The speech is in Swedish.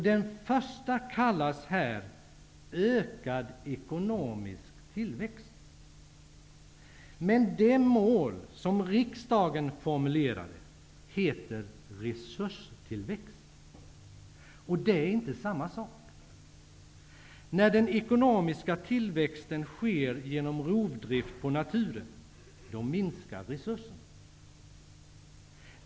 Det första kallas här ökad ekonomisk tillväxt, men det mål som riksdagen formulerade heter resurstillväxt, och det är inte samma sak. När den ekonomiska tillväxten sker genom rovdrift på naturen då minskar resurserna.